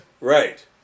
right